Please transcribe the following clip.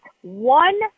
one